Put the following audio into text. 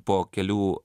po kelių